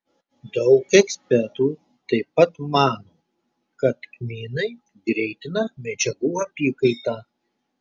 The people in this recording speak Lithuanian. daug ekspertų taip pat mano kad kmynai greitina medžiagų apykaitą